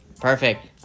Perfect